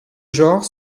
genre